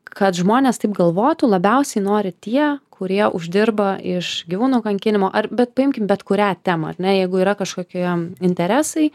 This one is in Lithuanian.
kad žmonės taip galvotų labiausiai nori tie kurie uždirba iš gyvūnų kankinimo ar bet paimkim bet kurią temą ar ne jeigu yra kažkokie interesai